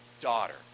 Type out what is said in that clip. daughter